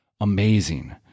amazing